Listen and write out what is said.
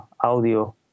audio